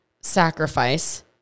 sacrifice